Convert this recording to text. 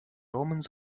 omens